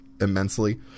immensely